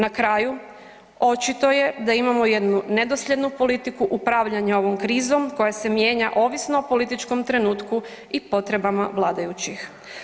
Na kraju, očito je da imamo jednu nedosljednu politiku upravljanja ovom krizom koja se mijenja ovisno o političkom trenutku i potrebama vladajućih.